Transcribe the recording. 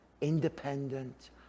independent